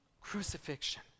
crucifixion